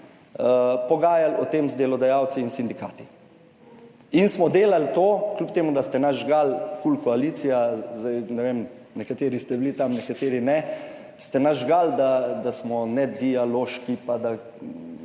pogajali o tem z delodajalci in sindikati. In smo delali to kljub temu, da ste nas žgali KUL koalicija, zdaj ne vem, nekateri ste bili tam nekateri ne, ste nas žgali, da smo nedialoški pa da